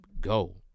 go